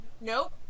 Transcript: Nope